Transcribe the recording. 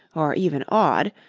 or even awed,